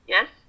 Yes